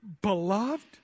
beloved